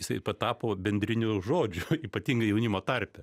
jisai patapo bendriniu žodžiu ypatingai jaunimo tarpe